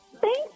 Thank